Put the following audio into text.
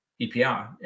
EPR